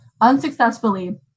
Unsuccessfully